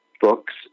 books